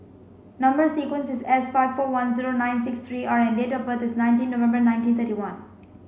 number sequence is S five four one zero nine six three R and date of birth is nineteen November nineteen thirty one